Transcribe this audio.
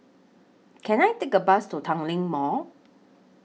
Can I Take A Bus to Tanglin Mall